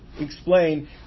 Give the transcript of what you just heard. explain